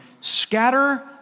scatter